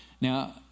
Now